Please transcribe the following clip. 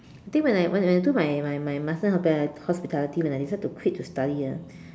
I think when I when I do my my my master in hotel hospitality when I decided to quit to study ah